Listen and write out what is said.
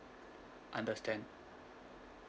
understand